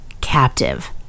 captive